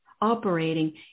operating